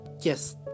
Yes